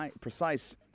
precise